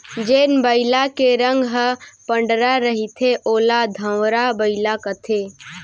जेन बइला के रंग ह पंडरा रहिथे ओला धंवरा बइला कथें